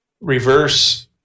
reverse